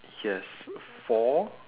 yes four